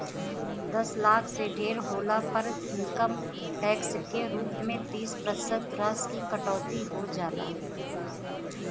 दस लाख से ढेर होला पर इनकम टैक्स के रूप में तीस प्रतिशत राशि की कटौती हो जाला